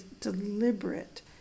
deliberate